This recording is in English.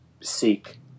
seek